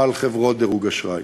על חברות דירוג אשראי.